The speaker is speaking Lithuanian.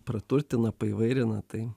praturtina paįvairina tai